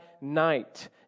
night